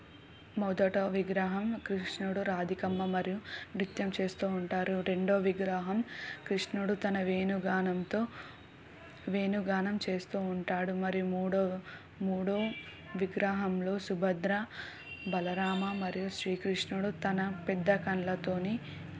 మొదట విగ్రహం కృష్ణుడు రాధికమ్మ మరియు నృత్యం చేస్తూ ఉంటారు రెండవ విగ్రహం కృష్ణుడు తన వేణు గానంతో వేణు గానం చేస్తూ ఉంటాడు మరి మూడవ మూడవ విగ్రహంలో సుభద్ర బలరామ మరియు శ్రీకృష్ణుడు తన పెద్ద కళ్ళతోని